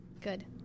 Good